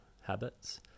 habits